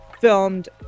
filmed